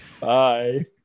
bye